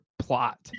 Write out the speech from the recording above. Plot